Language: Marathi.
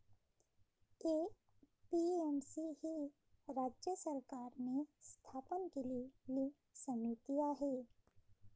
ए.पी.एम.सी ही राज्य सरकारने स्थापन केलेली समिती आहे